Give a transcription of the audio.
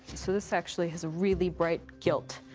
so this actually has a really bright gilt,